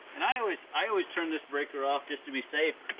i always i always turn this breaker off just to be safe.